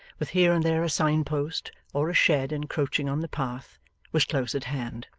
with here and there a signpost, or a shed encroaching on the path was close at hand.